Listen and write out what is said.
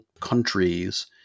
countries